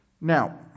Now